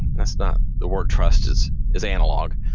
that's not the word trust is is analog.